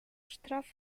штраф